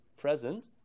present